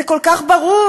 זה כל כך ברור.